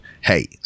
hey